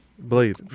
Blade